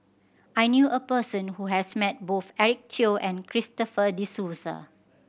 I knew a person who has met both Eric Teo and Christopher De Souza